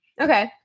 Okay